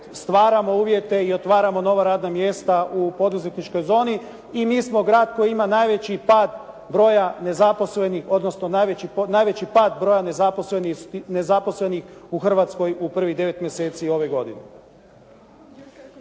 stvaramo uvjete i otvaramo nova radna mjesta u poduzetničkoj zoni. I mi smo grad koji ima najveći pad broja nezaposlenih odnosno najveći pad